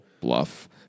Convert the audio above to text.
bluff